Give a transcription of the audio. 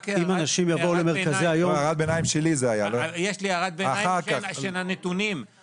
אם אנשים יבואו למרכזי היום -- יש לי הערת ביניים לגבי הנתונים,